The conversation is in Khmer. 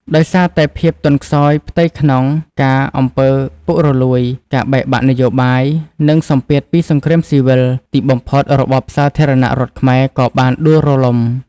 ដោយសារតែភាពទន់ខ្សោយផ្ទៃក្នុង ការអំពើពុករលួយ ការបែកបាក់នយោបាយ និងសម្ពាធពីសង្គ្រាមស៊ីវិល ទីបំផុតរបបសាធារណរដ្ឋខ្មែរក៏បានដួលរលំ។